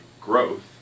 growth